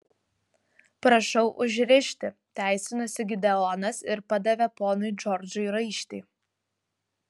prašau užrišti teisinosi gideonas ir padavė ponui džordžui raištį